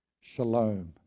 shalom